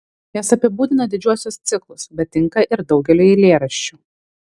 jos apibūdina didžiuosius ciklus bet tinka ir daugeliui eilėraščių